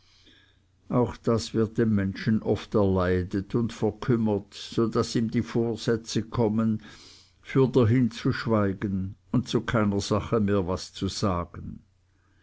auch das wird dem menschen oft erleidet und verkümmert so daß ihm die vorsätze kommen fürderhin zu schweigen und zu keiner sache mehr was zu sagen